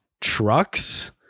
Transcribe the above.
trucks